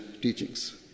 teachings